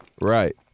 Right